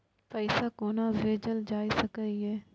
पैसा कोना भैजल जाय सके ये